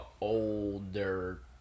older